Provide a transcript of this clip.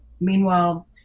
Meanwhile